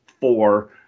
four